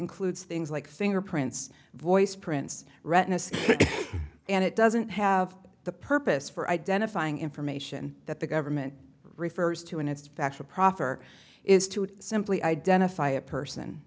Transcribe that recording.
includes things like fingerprints voice prints retinas and it doesn't have the purpose for identifying information that the government refers to in its factual proffer is to simply identify a person